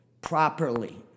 properly